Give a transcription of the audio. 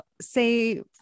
say